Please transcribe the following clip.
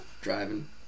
driving